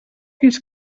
fins